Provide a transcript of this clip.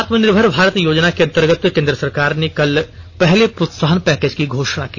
आत्मनिर्भर भारत योजना के अंतर्गत केन्द्र सरकार ने कल पहले प्रोत्साहन पैकेज की घोषणा की